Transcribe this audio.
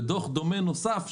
ודוח דומה נוסף,